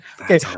Okay